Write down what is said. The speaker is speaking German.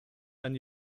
ein